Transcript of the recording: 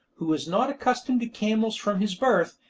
who is not accustomed to camels from his birth,